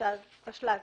קרן טרנר